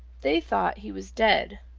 they thought he was dead.